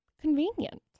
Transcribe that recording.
convenient